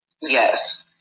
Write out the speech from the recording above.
Yes